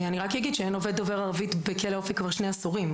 רק אגיד שאין עובד דובר ערבית בכלא אופק כבר שני עשורים,